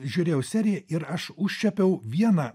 žiūrėjau seriją ir aš užčiuopiau vieną